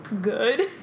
good